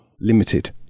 limited